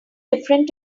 different